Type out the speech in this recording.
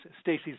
Stacey